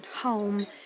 home